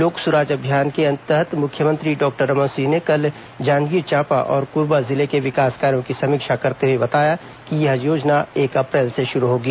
लोक सुराज अभियान के तहत मुख्यमंत्री डॉक्टर रमन सिंह ने कल जांजगीर चांपा और कोरबा जिले के विकास कार्यों की समीक्षा करते हुए बताया कि यह योजना एक अप्रैल से शुरू होगी